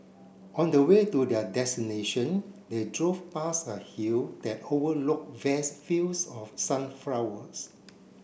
on the way to their destination they drove past a hill that overlooked vast fields of sunflowers